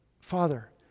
Father